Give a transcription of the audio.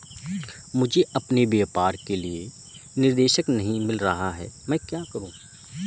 मुझे अपने व्यापार के लिए निदेशक नहीं मिल रहा है मैं क्या करूं?